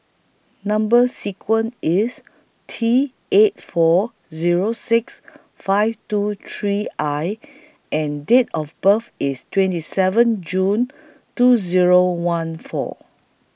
Number sequence IS T eight four Zero six five two three I and Date of birth IS twenty seven June two Zero one four